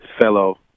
fellow